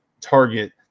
target